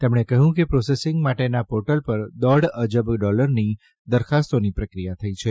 તેમણે કહ્યું કે પ્રોસેસિંગ માટેના પોર્ટલ પર દોઢ અબજ ડોલરની દરખાસ્તોની પ્રક્રિયા થઇ છે